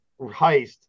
heist